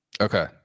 okay